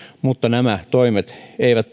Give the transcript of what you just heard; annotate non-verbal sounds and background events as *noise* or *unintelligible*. mutta pelkästään nämä toimet eivät *unintelligible*